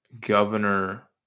governor